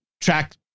track